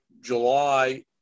July